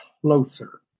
closer